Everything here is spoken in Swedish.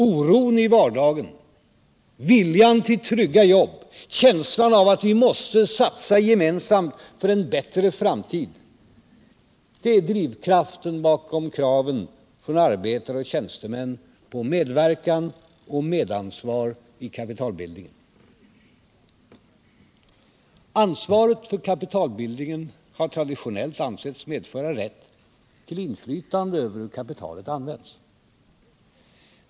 Oron i vardagen, viljan till trygga jobb, känslan av att vi måste satsa gemensamt för en bättre framtid, det är drivkraften bakom kraven från arbetare och tjänstemän på medverkan och medansvar i kapitalbildningen. Ansvaret för kapitalbildningen har traditionellt ansetts medföra rätt till inflytande över hur kapitalet används.